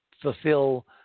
fulfill